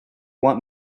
want